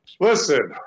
listen